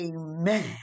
Amen